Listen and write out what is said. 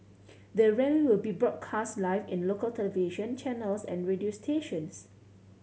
the rally will be broadcast live in local television channels and radio stations